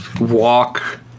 walk